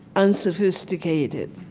unsophisticated,